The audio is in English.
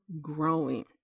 growing